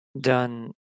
done